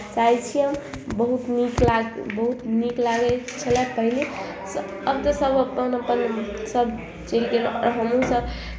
चाहै छी हम बहुत नीक लाग बहुत नीक लागै छेलै पहले स् आब तऽ सभ अपन अपन सभ चलि गेल आब हमहूँ सभ